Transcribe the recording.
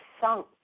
sunk